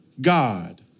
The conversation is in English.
God